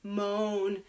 moan